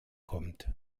kommt